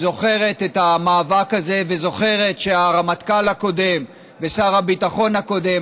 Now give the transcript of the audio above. זוכרת את המאבק הזה וזוכרת שהרמטכ"ל הקודם ושר הביטחון הקודם,